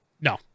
No